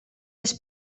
les